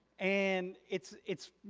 and it's, it's,